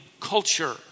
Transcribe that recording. culture